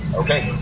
okay